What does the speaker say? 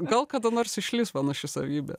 gal kada nors išlys panaši savybė